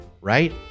right